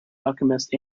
alchemist